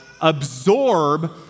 absorb